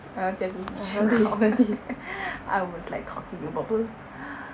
ah nanti aku show kau I was like talking about [pe]